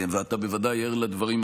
ואתה בוודאי ער לדברים,